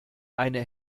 eine